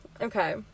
okay